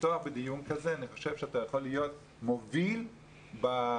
לפתוח בדיון כזה אתה יכול להיות מוביל בפלורליזם,